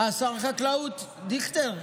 שר החקלאות דיכטר,